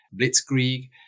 Blitzkrieg